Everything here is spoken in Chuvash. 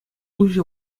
уҫӑ